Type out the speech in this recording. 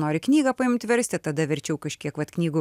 nori knygą paimt versti tada verčiau kažkiek vat knygų